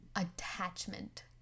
attachment